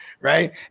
right